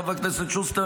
חבר הכנסת שוסטר,